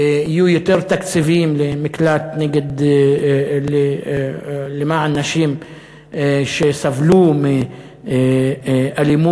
יהיו יותר תקציבים למקלט למען נשים שסבלו מאלימות